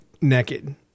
naked